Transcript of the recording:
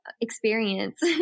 experience